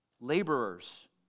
laborers